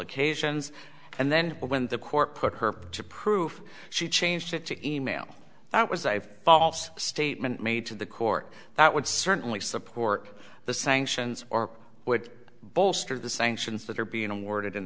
occasions and then when the court put her to proof she changed it to e mail that was a false statement made to the court that would certainly support the sanctions or would bolster the sanctions that are being awarded in